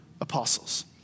apostles